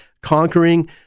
conquering